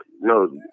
no